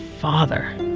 father